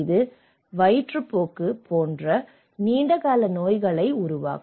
இது வயிற்றுப்போக்கு போன்ற நீண்டகால நோய்களை உருவாக்கும்